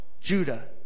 Judah